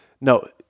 no